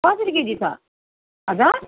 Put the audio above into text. कसरी केजी छ हजुर